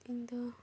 ᱤᱧᱫᱚ